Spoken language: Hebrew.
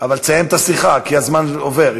אבל תסיים את השיחה, כי הזמן עובר.